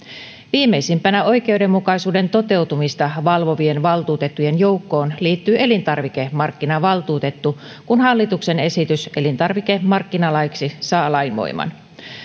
viimeisimpänä oikeudenmukaisuuden toteutumista valvovien valtuutettujen joukkoon liittyi elintarvikemarkkinavaltuutettu kun hallituksen esitys elintarvikemarkkinalaiksi saa lainvoiman